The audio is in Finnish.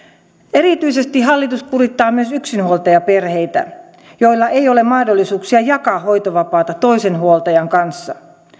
erityisesti hallitus kurittaa myös yksinhuoltajaperheitä joilla ei ole mahdollisuuksia jakaa hoitovapaata toisen huoltajan kanssa